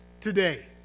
today